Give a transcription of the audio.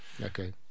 Okay